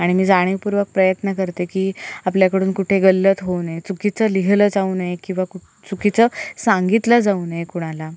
आणि मी जाणीवपूर्वक प्रयत्न करते की आपल्याकडून कुठे गल्लत होऊ नये चुकीचं लिहिलं जाऊ नये किंवा कुठं चुकीचं सांगितलं जाऊ नये कुणाला